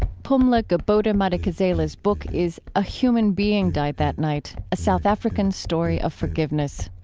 pumla gobodo-madikizela's book is a human being died that night a south african story of forgiveness.